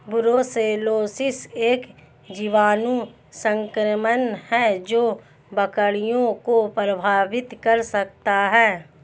brucellosis एक जीवाणु संक्रमण है जो बकरियों को प्रभावित कर सकता है